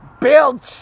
build